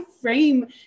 frame